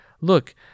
look